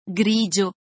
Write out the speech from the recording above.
grigio